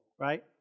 right